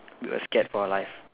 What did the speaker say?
we were scared for our life